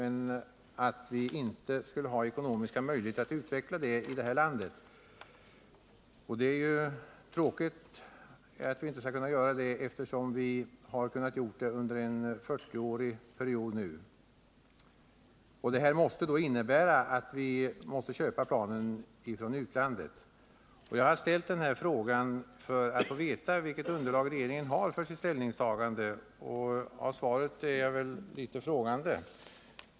Vi skulle dock inte ha ekonomiska möjligheter att utveckla det här i landet. Det är ju tråkigt att vi inte skulle kunna göra det, när vi kunnat det under de senaste 40 åren. Detta måste innebära att vi köper planen i utlandet. Jag har då ställt frågan för att få veta vilket underlag regeringen har för sitt ställningstagande. Av svaret blir man frågande.